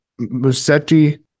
Musetti